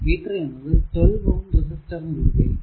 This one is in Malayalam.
v3 എന്നത് 12 Ω റെസിസ്റ്ററിനു കുറുകെയും